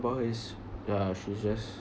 is uh she's just